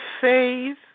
faith